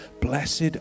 Blessed